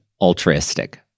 altruistic